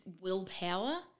willpower